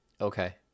Okay